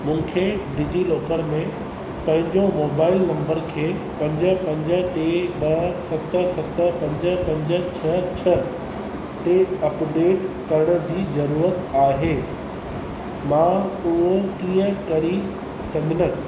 मूंखे डिजीलॉकर में पंहिंजो मोबाइल नंबर खे पंज पंज टे ॿ सत सत पंज पंज छ छ ते अपडेट करण जी जरूरत आहे मां उहो कीअं करी सघंदसि